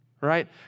right